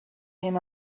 him